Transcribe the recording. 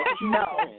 No